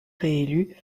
réélu